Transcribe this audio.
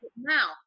now